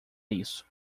isso